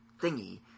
thingy